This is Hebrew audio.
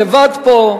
לבד פה.